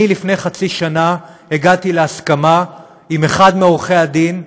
אני לפני חצי שנה הגעתי להסכמה עם אחד מעורכי הדין,